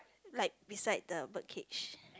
like beside the bird cage